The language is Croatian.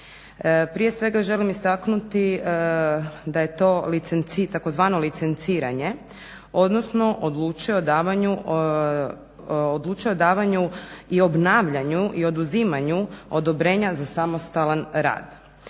Prije svega želim istaknuti da je to tzv. "licenciranje" odnosno odlučuje o davanju i obnavljanju i oduzimanju odobrenja za samostalan rad.